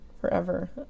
forever